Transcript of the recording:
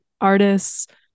artists